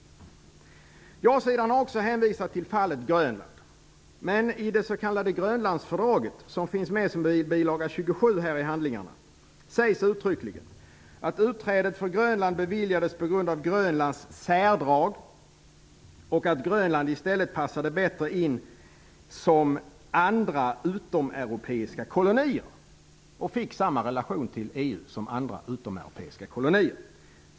Ja-sidan har också hänvisat till fallet Grönland. Men i det s.k. Grönlandsfördraget, som finns med som bil. 27 i handlingarna, sägs uttryckligen att utträdet för Grönland beviljades på grund av Grönlands särdrag och att Grönland i stället passade bättre in bland andra utomeuropeiska kolonier. Grönland fick också samma relation till EU som andra utomeuropeiska kolonier.